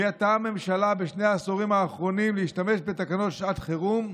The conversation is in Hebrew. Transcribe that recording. מיעטה הממשלה בשני העשורים האחרונים להשתמש בתקנות שעת חירום,